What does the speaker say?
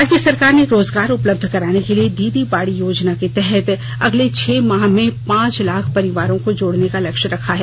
राज्य सरकार ने रोजगार उपलब्ध कराने के लिए दीदी बाड़ी योजना के तहत अगले छह माह में पांच लाख परिवारों को जोड़ने का लक्ष्य रखा है